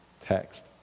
text